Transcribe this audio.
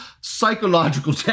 psychological